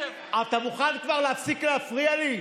לא צריכים יותר, אתה מוכן כבר להפסיק להפריע לי?